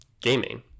gaming